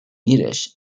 yiddish